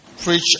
preach